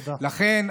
לכן,